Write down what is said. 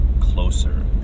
closer